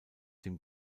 dem